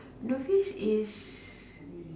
novice is